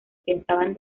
pensaban